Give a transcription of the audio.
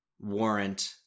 warrant